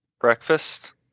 breakfast